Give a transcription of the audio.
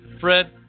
Fred